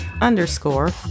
underscore